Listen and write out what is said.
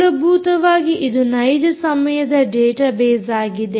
ಮೂಲಭೂತವಾಗಿ ಇದು ನೈಜ ಸಮಯದ ಡಾಟಾ ಬೇಸ್ಆಗಿದೆ